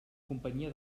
companyia